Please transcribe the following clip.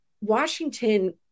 Washington